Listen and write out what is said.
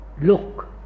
look